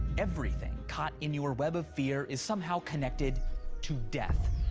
everything caught in your web of fear is somehow connected to death.